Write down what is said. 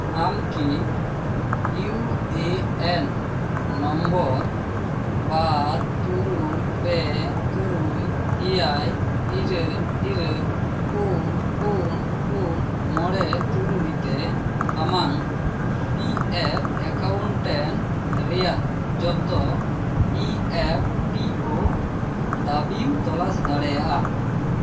ᱟᱢᱠᱤ U A N number ᱵᱟᱨ ᱛᱩᱨᱩᱭ ᱯᱮ ᱛᱩᱨᱩᱭ ᱮᱭᱟᱭ ᱤᱨᱟᱹᱞ ᱤᱨᱹᱞ ᱤᱨᱟᱹᱞ ᱯᱩᱱ ᱯᱩᱱ ᱯᱩᱱ ᱢᱚᱬᱮ ᱛᱩᱨᱩᱭ ᱛᱮ ᱟᱢᱟᱝ ᱯᱤ ᱮᱯᱷ ᱮᱠᱟᱣᱩᱱᱴᱮᱱᱴ ᱨᱮᱭᱟᱜ ᱡᱚᱛᱚ ᱤ ᱮᱯᱷ ᱯᱤ ᱳ ᱫᱟᱵᱤᱢ ᱛᱚᱞᱟᱥ ᱫᱟᱲᱮᱭᱟᱜᱼᱟ